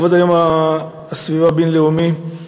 לכבוד יום הסביבה הבין-לאומי,